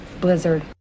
blizzard